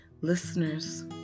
Listeners